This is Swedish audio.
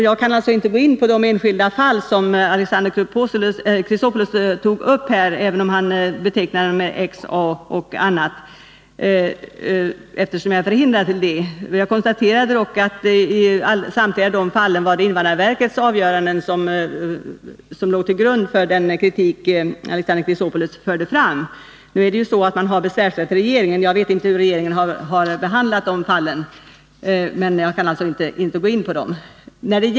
Jag kan inte gå in på de enskilda fall som Alexander Chrisopoulos tog upp och som hade X, A och andra beteckningar, eftersom jag är förhindrad att göra det. Jag konstaterade dock att det i samtliga fall var invandrarverkets avgöranden som låg till grund för den kritik som Alexander Chrisopoulos fört fram. Nu är det ju så att man har besvärsrätt hos regeringen. Jag vet inte hur regeringen har behandlat dessa fall. Jag kan alltså inte gå in på dem.